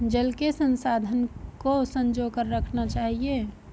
जल के संसाधन को संजो कर रखना चाहिए